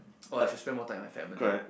oh I should spend more time with my family